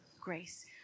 grace